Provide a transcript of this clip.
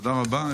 תודה רבה.